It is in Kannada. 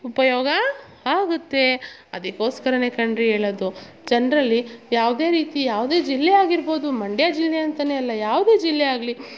ಉಪಯೋಗ ಆಗುತ್ತೆ ಅದಕೋಸ್ಕರನೆ ಕಣ್ರಿ ಹೇಳದು ಜನರಲ್ಲಿ ಯಾವುದೆ ರೀತಿ ಯಾವುದೆ ಜಿಲ್ಲೆ ಆಗಿರ್ಬೋದು ಮಂಡ್ಯ ಜಿಲ್ಲೆ ಅಂತನೆ ಅಲ್ಲ ಯಾವುದೆ ಜಿಲ್ಲೆ ಆಗಲಿ